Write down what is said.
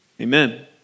Amen